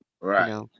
Right